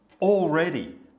already